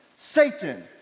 Satan